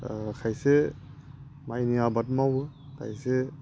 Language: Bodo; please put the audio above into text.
खायसे माइनि आबाद मावो खायसे